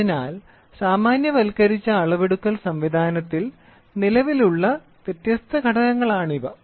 അതിനാൽ സാമാന്യവൽക്കരിച്ച അളവെടുക്കൽ സംവിധാനത്തിൽ നിലവിലുള്ള വ്യത്യസ്ത ഘടകങ്ങളാണിവ